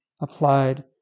applied